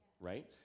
right